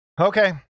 okay